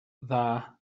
dda